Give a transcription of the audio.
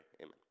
amen